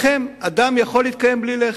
לחם, אדם יכול להתקיים בלי לחם,